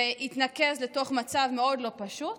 והתנקז לתוך מצב מאוד לא פשוט.